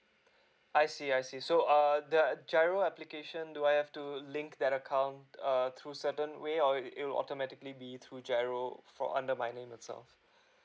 I see I see so err the giro application do I have to link that account err through certain way or it it will automatically be through giro for under my name itself